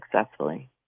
successfully